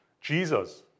Jesus